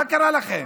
מה קרה לכם?